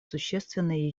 существенные